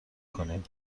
کنین